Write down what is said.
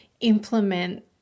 implement